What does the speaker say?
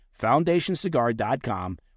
foundationcigar.com